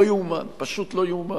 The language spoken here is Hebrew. לא יאומן, פשוט לא יאומן.